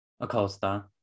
Acosta